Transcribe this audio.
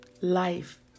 life